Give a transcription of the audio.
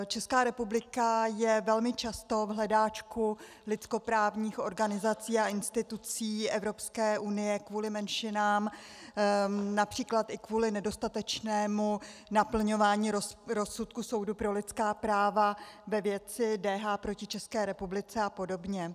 Česká republika je velmi často v hledáčku lidskoprávních organizací a institucí Evropské unie kvůli menšinám, například i kvůli nedostatečnému naplňování rozsudku soudu pro lidská práva ve věci D.H. proti České republice a podobně.